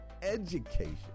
education